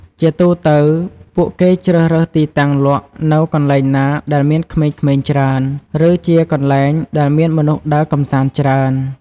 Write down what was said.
ជាទូទៅ ពួកគេជ្រើសរើសទីតាំងលក់នៅកន្លែងណាដែលមានក្មេងៗច្រើន ឬជាកន្លែងដែលមនុស្សដើរកម្សាន្តច្រើន។